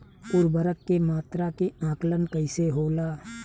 उर्वरक के मात्रा के आंकलन कईसे होला?